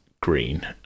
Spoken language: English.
green